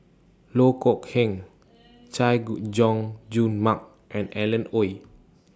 Loh Kok Heng Chay Jung Jun Mark and Alan Oei